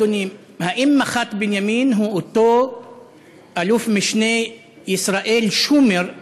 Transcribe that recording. אדוני: האם מח"ט בנימין הוא אותו אלוף-משנה ישראל שומר,